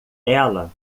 ela